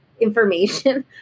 information